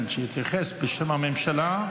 כן, שיתייחס בשם הממשלה.